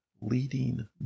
leading